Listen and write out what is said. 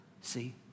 See